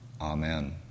amen